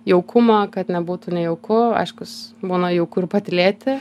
jaukumą kad nebūtų nejauku aiškus būna jau kur patylėti